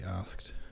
asked